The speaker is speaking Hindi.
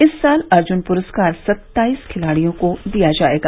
इस साल अर्जुन पुरस्कार सत्ताईस खिलाड़ियों को दिया जायेगा